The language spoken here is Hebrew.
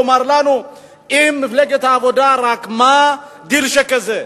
לומר לנו אם מפלגת העבודה רקמה דיל שכזה.